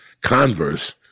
Converse